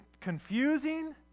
confusing